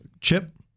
chip